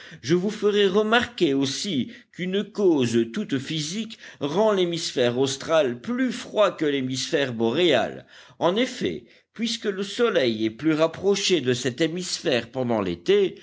je vous ferai remarquer aussi qu'une cause toute physique rend l'hémisphère austral plus froid que l'hémisphère boréal en effet puisque le soleil est plus rapproché de cet hémisphère pendant l'été